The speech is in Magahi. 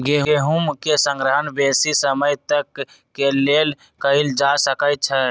गेहूम के संग्रहण बेशी समय तक के लेल कएल जा सकै छइ